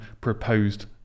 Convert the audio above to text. proposed